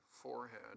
forehead